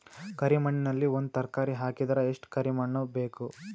ಕರಿ ಮಣ್ಣಿನಲ್ಲಿ ಒಂದ ತರಕಾರಿ ಹಾಕಿದರ ಎಷ್ಟ ಕರಿ ಮಣ್ಣು ಬೇಕು?